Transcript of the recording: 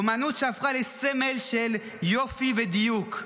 אומנות שהפכה לסמל של יופי ודיוק,